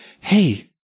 hey